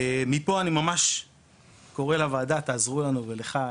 מפה אני ממש קורא לוועדה: תעזרו לנו, ולך אלי,